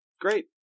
Great